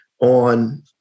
on